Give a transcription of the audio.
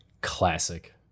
Classic